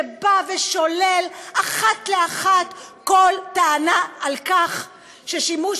ששולל אחת לאחת כל טענה על כך ששימוש